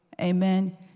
Amen